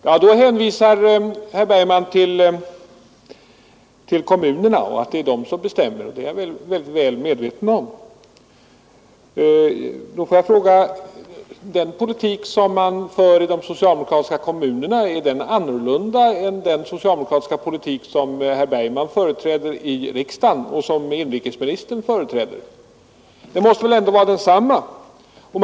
Ja, herr Bergman hänvisar säkerligen till att det är kommunerna 19 april 1972 som bestämmer, och det är jag väl medveten om. Jag vill då fråga om den sr politik som man för i de socialdemokratiska kommunerna är annorlunda Forskning AE än den socialdemokratiska politik som herr Bergman företräder i samhällsplaneringsriksdagen och som även inrikesministern representerar. Det måste väl frågor ändå vara fråga om samma politik.